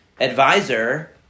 advisor